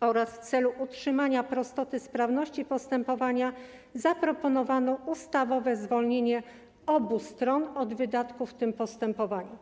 oraz w celu utrzymania prostoty sprawności postępowania zaproponowano ustawowe zwolnienie obu stron od wydatków w tym postępowaniu.